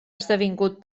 esdevingut